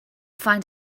find